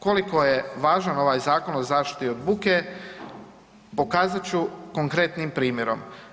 Koliko je važan ovaj Zakon o zaštiti od buke, pokazat ću konkretnim primjerom.